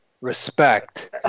respect